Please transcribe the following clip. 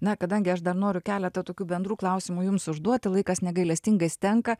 na kadangi aš dar noriu keletą tokių bendrų klausimų jums užduoti laikas negailestingas tenka